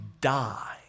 die